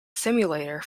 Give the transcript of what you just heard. simulator